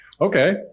Okay